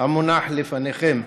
המונח לפניכם.